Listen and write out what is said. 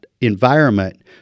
environment